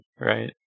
right